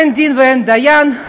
אין דין ואין דיין,